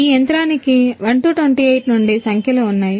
ఈ యంత్రానికి 1 28 నుండి సంఖ్యలు ఉన్నాయి